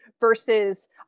versus